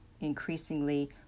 increasingly